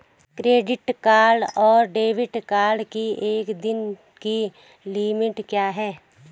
Credit card और debit card की एक दिन की लिमिट क्या है?